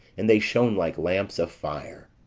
and they shone like lamps of fire.